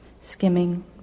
skimming